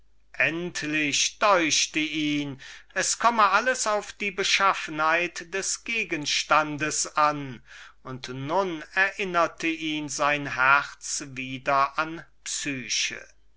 endlich deuchte ihn es komme alles auf den gegenstand an und hier erinnerte ihn sein herz wieder an seine geliebte psyche